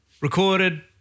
recorded